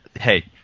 hey